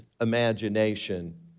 imagination